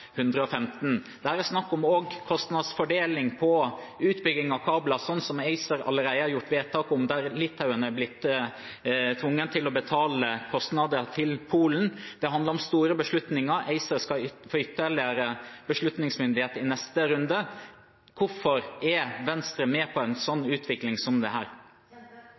115. Dette handler også om kostnadsfordeling ved utbygging av kabler, som ACER allerede har gjort vedtak om, der Litauen har blitt tvunget til å betale kostnader til Polen. Dette handler om store beslutninger. ACER skal få ytterligere beslutningsmyndighet i neste runde. Hvorfor er Venstre med på en utvikling som dette? Den viktige suvereniteten for Norge er at det